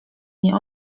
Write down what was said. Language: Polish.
nie